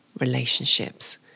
relationships